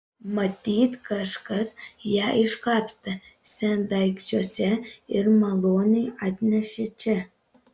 matyt kažkas ją iškapstė sendaikčiuose ir maloniai atnešė čia